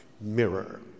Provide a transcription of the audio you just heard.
mirror